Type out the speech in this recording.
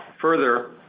Further